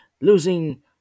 losing